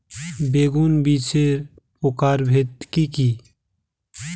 বেগুন বীজের প্রকারভেদ কি কী?